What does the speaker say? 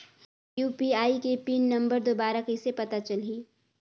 UPI के pin number दुबारा कइसे पता चलही?